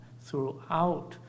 throughout